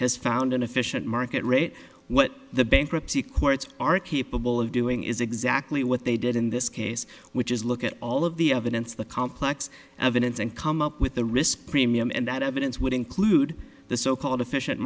has found an efficient market rate what the bankruptcy courts are capable of doing is exactly what they did in this case which is look at all of the evidence the complex evidence and come up with the risk premium and that evidence would include the so called efficient